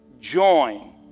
join